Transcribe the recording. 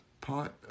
pot